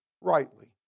rightly